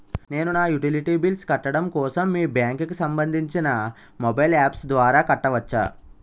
నేను నా utility bills కట్టడం కోసం మీ బ్యాంక్ కి సంబందించిన మొబైల్ అప్స్ ద్వారా కట్టవచ్చా?